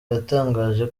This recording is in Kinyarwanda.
yatangaje